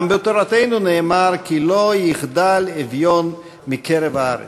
גם בתורתנו נאמר: "כי לא יחדל אביון מקרב הארץ".